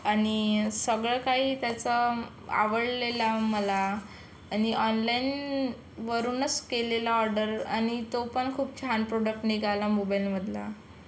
आणि सगळं काही त्याचं आवडलेला मला आणि ऑनलाईनवरूनच केलेला ऑर्डर आणि तो पण खूप छान प्रोडक्ट निघाला मोबाईलमधला